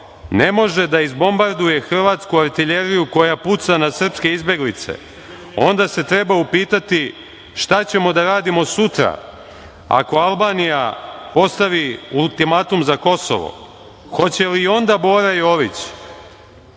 ne može da izbombarduje hrvatsku artiljeriju koja puca na srpske izbeglice, onda se treba upitati šta ćemo da radimo sutra ako Albanija postavi ultimatum za Kosovo. Hoće li onda Bora Jović